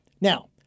Now